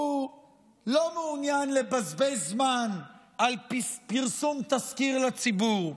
הוא לא מעוניין לבזבז זמן על פרסום תסקיר לציבור.